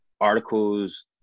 Articles